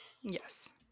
Yes